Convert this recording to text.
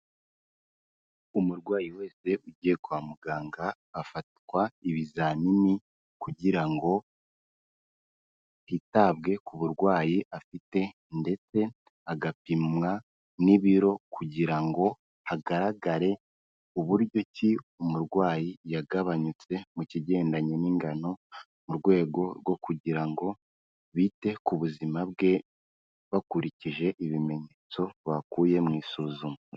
Umurwayi wese ugiye kwa muganga afatwa ibizamini kugira ngo hitabwe ku burwayi afite, ndetse agapimwa n'ibiro kugira ngo hagaragare uburyo ki umurwayi yagabanyutse mu kigendanye n'ingano mu rwego rwo kugira ngo bite ku buzima bwe bakurikije ibimenyetso bakuye mu isuzuma.